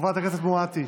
חברת הכנסת מואטי,